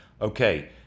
Okay